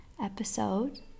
episode